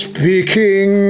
Speaking